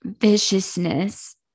Viciousness